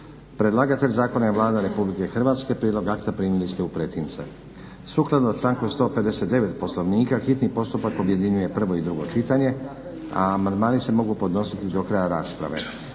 Predlagatelj Zakona je Vlada Republike Hrvatske. Prijedlog akta primili ste u pretince. Sukladno članku 159. Poslovnika, hitni postupak objedinjuje prvo i drugo čitanje. A amandmani se mogu podnositi do kraja rasprave.